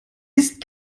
ist